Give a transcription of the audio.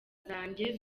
zanjye